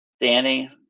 Danny